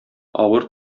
авыр